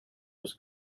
was